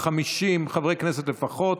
נדרש לה רוב של 50 חברי כנסת לפחות,